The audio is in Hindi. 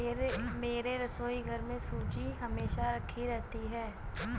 मेरे रसोईघर में सूजी हमेशा राखी रहती है